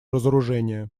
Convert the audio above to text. разоружения